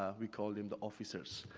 ah we call them the officers.